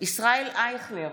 ישראל אייכלר,